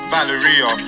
Valeria